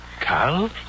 Carl